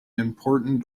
important